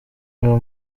uwo